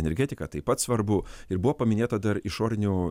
energetika taip pat svarbu ir buvo paminėta dar išorinių